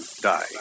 die